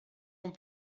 ans